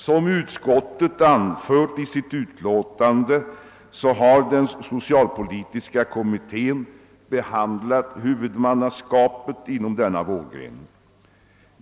Som utskottet anfört i sitt utlåtande har socialpolitiska kommittén behandlat frågan om huvudmannaskapet inom denna vårdgren.